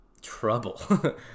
trouble